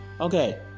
okay